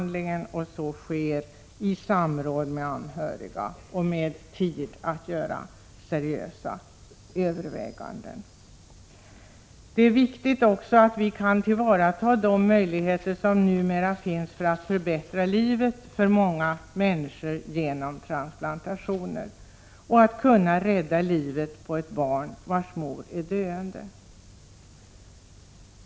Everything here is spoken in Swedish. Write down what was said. Detta sker i samråd med anhöriga och efter seriösa överväganden. Det är viktigt att vi kan tillvarata de möjligheter som numera finns för att genom transplantationer förbättra livet för många människor och rädda livet på ett barn vars mor är döende.